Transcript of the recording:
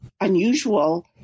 unusual